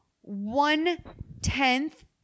one-tenth